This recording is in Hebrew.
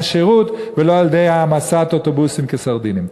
שירות ולא על-ידי העמסת אוטובוסים כקופסאות סרדינים.